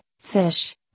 fish